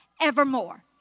evermore